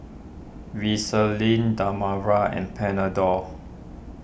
Vaselin Dermaveen and Panadol